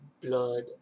blood